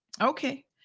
Okay